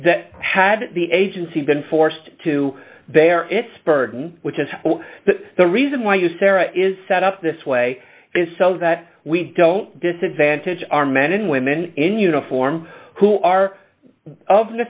that had the agency been forced to bear its burden which is the reason why you sarah is set up this way so that we don't disadvantage our men and women in uniform who are o